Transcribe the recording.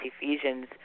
Ephesians